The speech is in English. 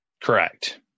Correct